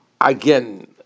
Again